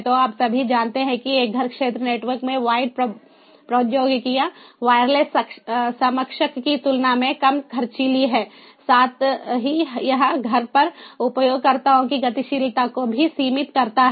तो आप सभी जानते हैं कि एक घर क्षेत्र नेटवर्क में वायर्ड प्रौद्योगिकियां वायरलेस समकक्ष की तुलना में कम खर्चीली हैं साथ ही यह घर पर उपयोगकर्ताओं की गतिशीलता को भी सीमित करता है